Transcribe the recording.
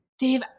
Dave